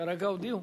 כרגע הודיעו.